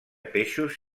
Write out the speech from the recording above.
peixos